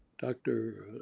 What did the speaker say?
dr.